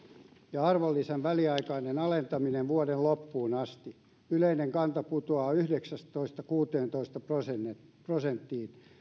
ja arvonlisäveron väliaikainen alentaminen vuoden loppuun asti yleinen kanta putoaa yhdeksästätoista kuuteentoista prosenttiin prosenttiin